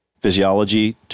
physiology